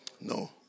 No